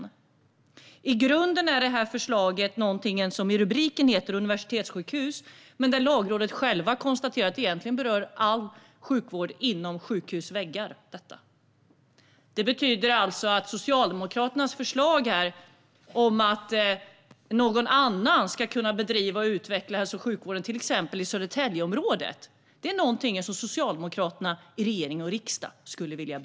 Titeln på förslaget är Universitetssjukhus , men Lagrådet konstaterar att det egentligen berör all sjukvård inom sjukhusens väggar. Det betyder alltså att Socialdemokraterna i regering och riksdag med sitt förslag vill begränsa möjligheten för någon annan att bedriva och utveckla hälso och sjukvård i till exempel Södertäljeområdet, om man tolkar vad Lagrådet skriver. Fru talman!